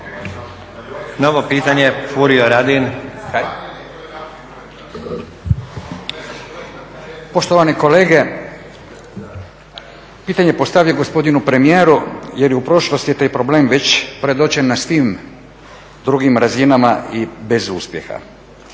**Radin, Furio (Nezavisni)** Poštovane kolege pitanje postavljam gospodinu premijeru jer je u prošlosti taj problem već predočen na svim drugim razinama i bez uspjeha.